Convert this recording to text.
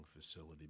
facility